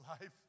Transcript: life